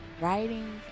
Writing